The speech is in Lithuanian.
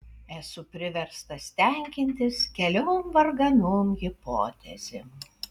esu priverstas tenkintis keliom varganom hipotezėm